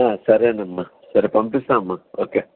సరేనమ్మా సరే పంపిస్తాను అమ్మ ఓకే